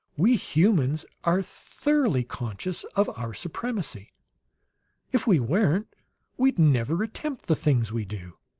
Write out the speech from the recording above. we humans are thoroughly conscious of our supremacy if we weren't we'd never attempt the things we do!